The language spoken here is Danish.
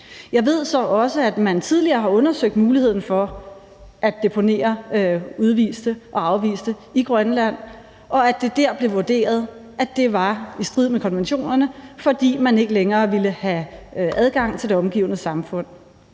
Jeg ved så også, at man tidligere har undersøgt mulighederne for at deponere udviste og afviste i Grønland, og at det dér blev vurderet, at det var i strid med konventionerne, fordi man ikke længere ville have adgang til det omgivende samfund.